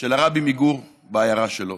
של הרבי מגור בעיירה שלו.